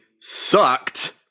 sucked